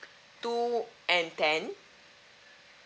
two and ten